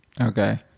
Okay